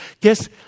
Guess